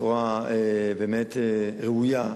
בצורה באמת ראויה.